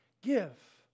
give